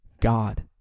God